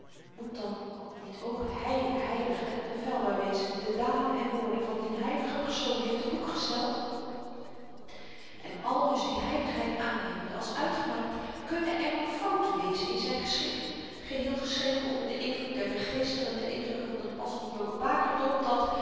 worden moet dan niet ook hy heilig en onfeilbaar wezen die de daden en woorden van dien heiligen persoon heeft te boek gesteld en aldus die heiligheid aannemende als uitgemaakt kunnen er dan fouten wezen in zyn geschrift geheel geschreven onder den invloed der begeesterende indrukken van het pas ontloken bakerdom dat